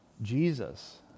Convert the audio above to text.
Jesus